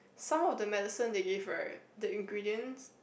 some of the medicine they give right the ingredients